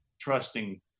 trusting